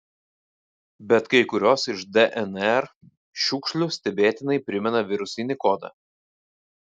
bet kai kurios iš dnr šiukšlių stebėtinai primena virusinį kodą